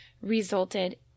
resulted